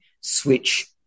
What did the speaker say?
switch